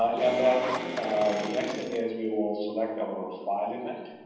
and then the next thing is, we will select our file event,